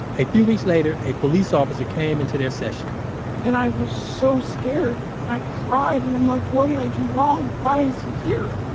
a few weeks later, a police officer came into their session and i was so scared. i cried and i'm like, what did i do wrong? why is he here?